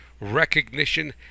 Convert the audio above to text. recognition